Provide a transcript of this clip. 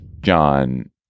John